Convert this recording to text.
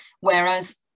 Whereas